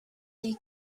they